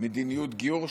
מדיניות גיור.